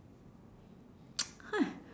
!hais!